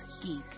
geek